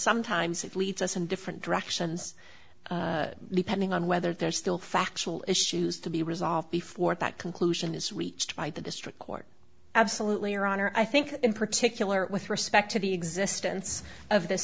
sometimes it leads us in different directions depending on whether there's still factual issues to be resolved before that conclusion is reached by the district court absolutely your honor i think in particular with respect to the existence of this